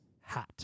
hat